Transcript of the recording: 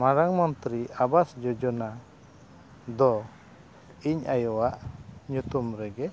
ᱢᱟᱨᱟᱝ ᱢᱚᱱᱛᱨᱤ ᱟᱵᱟᱥ ᱡᱳᱡᱚᱱᱟ ᱫᱚ ᱤᱧ ᱟᱭᱳᱣᱟᱜ ᱧᱩᱛᱩᱢ ᱨᱮᱜᱮ